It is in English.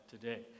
today